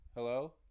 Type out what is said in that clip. Hello